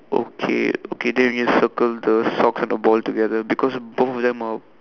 okay okay then you need to circle the socks and the ball together because both of them are